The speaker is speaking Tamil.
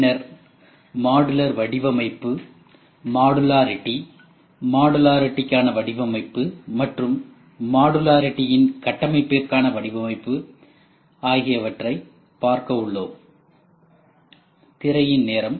பின்னர் மாடுலர் வடிவமைப்பு மாடுலரிட்டி மாடுலரிட்டிக்கான வடிவமைப்பு மற்றும் மாடுலரிட்டியின் கட்டமைப்பிற்கான வடிவமைப்பு ஆகியவற்றை பார்க்க உள்ளோம்